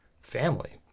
family